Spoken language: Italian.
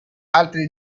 altre